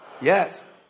Yes